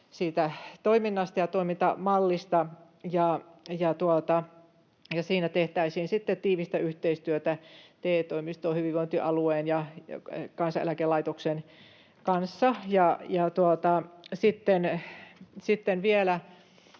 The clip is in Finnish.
toiminnasta ja toimintamallista. Siinä tehtäisiin sitten tiivistä yhteistyötä TE-toimiston, hyvinvointialueen ja Kansaneläkelaitoksen kanssa.